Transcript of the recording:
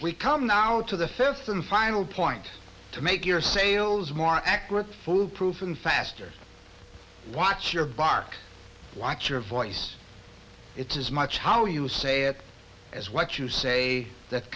we come now to the fifth and final point to make your sales more accurate full proof and faster watch your bark watch your voice it's as much how you say it as what you say that